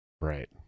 Right